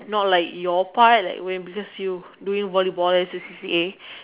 not like your part when because you doing volleyball as A C_C_A